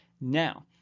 Now